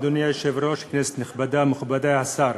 אדוני היושב-ראש, כנסת נכבדה, מכובדי השר,